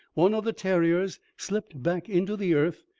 one of the terriers slipped back into the earth,